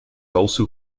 also